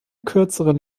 kürzeren